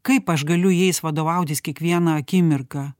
kaip aš galiu jais vadovautis kiekvieną akimirką